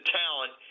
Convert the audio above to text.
talent